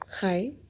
Hi